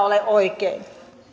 ole oikein